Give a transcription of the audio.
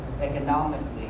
economically